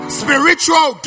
spiritual